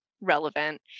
relevant